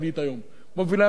מובילי המחאה החברתית.